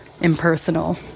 impersonal